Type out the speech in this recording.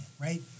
right